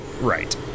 Right